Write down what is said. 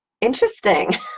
interesting